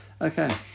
okay